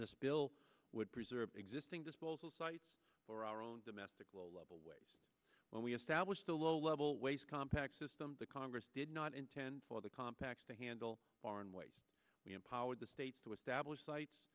this bill would preserve existing disposal sites for our own domestic low level ways when we established a low level waste compact system the congress did not intend for the compact to handle foreign waste we empowered the states to establish sites